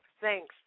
thanks